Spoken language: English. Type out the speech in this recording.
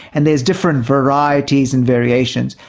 and there's different varieties and variations,